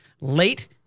late